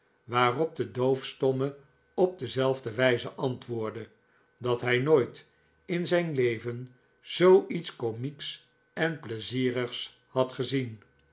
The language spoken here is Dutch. waarop de doofstomme op dezelfde wijze antwoordde dat hij nooit in zijn leven zoo iets komieks en pleizierigs had gezien